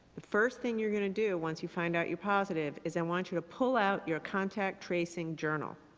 the first thing you're going to do once you find out you're positive is i want you to pull out your contact tracing journal.